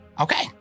Okay